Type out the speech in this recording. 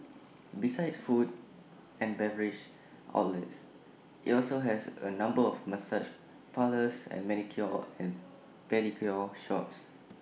besides food and beverage outlets IT also has A number of massage parlours and manicure or and pedicure shops